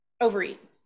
overeat